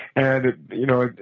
and you know,